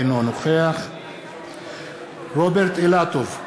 אינו נוכח רוברט אילטוב,